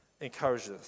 encourages